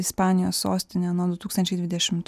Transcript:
ispanijos sostinė nuo du tūkstančiai dvidešimtų